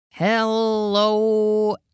Hello